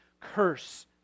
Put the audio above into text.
curse